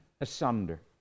asunder